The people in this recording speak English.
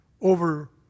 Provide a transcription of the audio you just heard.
over